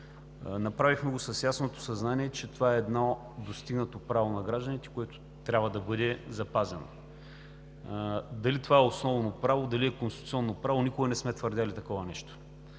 Направихме го с ясното съзнание, че това е едно достигнато право на гражданите, което трябва да бъде запазено. Дали това е основно право, дали е конституционно право – никога не сме твърдели такова нещо.